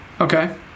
Okay